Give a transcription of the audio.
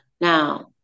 Now